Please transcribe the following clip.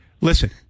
Listen